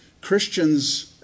Christians